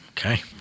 Okay